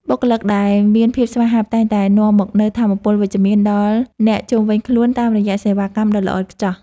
បុគ្គលិកដែលមានភាពស្វាហាប់តែងតែនាំមកនូវថាមពលវិជ្ជមានដល់អ្នកជុំវិញខ្លួនតាមរយៈសេវាកម្មដ៏ល្អឥតខ្ចោះ។